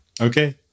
Okay